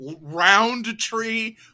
Roundtree